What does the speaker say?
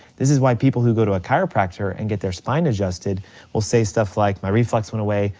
this is why people who go to a chiropractor and get their spine adjusted will say stuff like my reflux went away,